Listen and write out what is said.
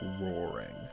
roaring